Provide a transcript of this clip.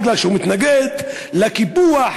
בגלל שהוא מתנגד לקיפוח,